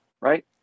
right